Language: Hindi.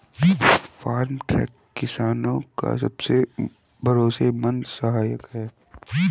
फार्म ट्रक किसानो का सबसे भरोसेमंद सहायक है